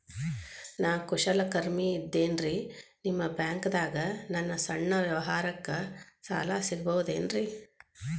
ನಾ ಕುಶಲಕರ್ಮಿ ಇದ್ದೇನ್ರಿ ನಿಮ್ಮ ಬ್ಯಾಂಕ್ ದಾಗ ನನ್ನ ಸಣ್ಣ ವ್ಯವಹಾರಕ್ಕ ಸಾಲ ಸಿಗಬಹುದೇನ್ರಿ?